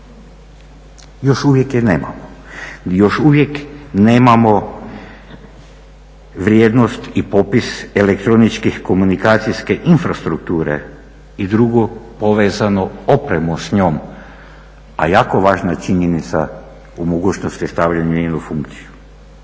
Još uvijek je nemamo i još uvijek nemamo vrijednost i popis elektroničke komunikacijske infrastrukture i drugo povezanu opremu s njom, a jako važna činjenica o mogućnosti stavljanja … u funkciju.